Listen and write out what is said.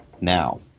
now